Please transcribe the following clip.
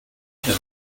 him